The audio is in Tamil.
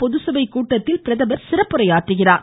பொது சபை கூட்டத்திலும் பிரதமர் சிறப்புரையாற்றுகிறார்